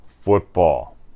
football